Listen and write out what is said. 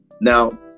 Now